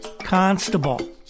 constable